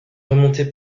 remontée